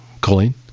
Colleen